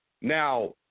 Now